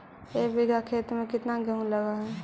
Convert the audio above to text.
एक बिघा खेत में केतना गेहूं लग है?